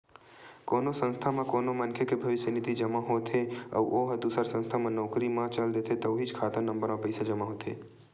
कोनो संस्था म कोनो मनखे के भविस्य निधि जमा होत हे अउ ओ ह दूसर संस्था म नउकरी म चल देथे त उहींच खाता नंबर म पइसा जमा होथे